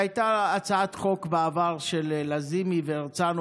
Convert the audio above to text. הייתה הצעת חוק בעבר של לזימי והרצנו,